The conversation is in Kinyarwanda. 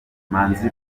manzi